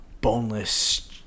boneless